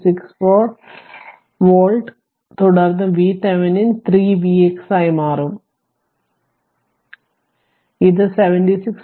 64 2564 volt തുടർന്ന് VThevenin 3Vx മാറും അതിനാൽ ഇത് 76